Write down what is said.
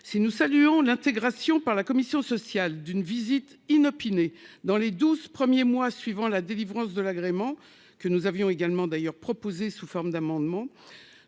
Si nous saluons l'intégration par la commission sociale d'une visite inopinée dans les 12. Premiers mois suivant la délivrance de l'agrément que nous avions également d'ailleurs proposé sous forme d'amendement.